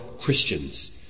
Christians